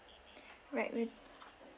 right